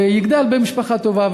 הוא יגדל במשפחה טובה.